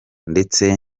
ndetse